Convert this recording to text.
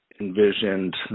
envisioned